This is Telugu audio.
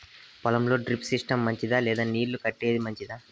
పొలం లో డ్రిప్ సిస్టం మంచిదా లేదా నీళ్లు కట్టేది మంచిదా?